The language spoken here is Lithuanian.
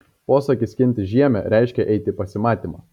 posakis skinti žiemę reiškė eiti į pasimatymą